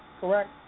correct